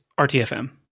RTFM